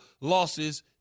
losses